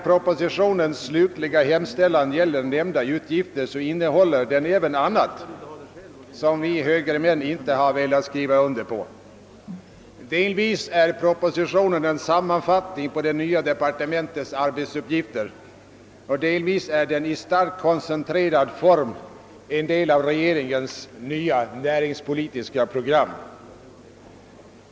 Propositionens «hemställan <=: gäller nämnda utgifter, men den innehåller även annat som vi högermän inte velat skriva under. Delvis ger propositionen en sammanfattning av det nya departementets arbetsuppgifter, och delvis innehåller den i starkt koncentrerad form regeringens nya näringspolitiska program.